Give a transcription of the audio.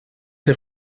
der